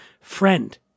friend